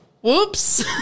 whoops